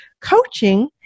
coaching